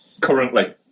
currently